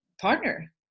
partner